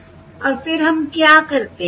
और फिर हम क्या करते हैं